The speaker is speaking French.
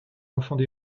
enfants